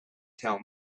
tell